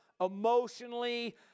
emotionally